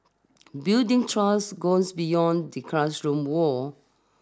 building trust goes beyond the classroom walls